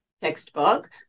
textbook